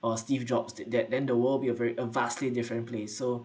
or steve jobs th~ that then the world be a very a vastly different place so